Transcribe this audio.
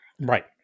Right